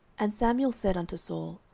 and samuel said unto saul,